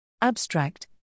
Abstract